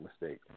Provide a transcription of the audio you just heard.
mistake